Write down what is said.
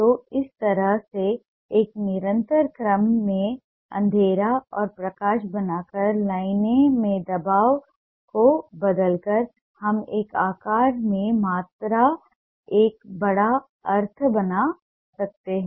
तो इस तरह से एक निरंतर क्रम में अंधेरा और प्रकाश बनाकर लाइन में दबाव को बदलकर हम एक आकार में मात्रा का एक बड़ा अर्थ बना सकते हैं